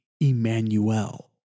Emmanuel